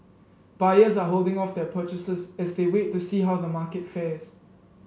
buyers are holding off their purchases as they wait to see how the market fares